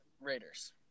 Raiders